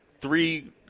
three